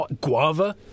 guava